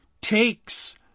takes